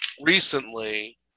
recently